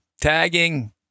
tagging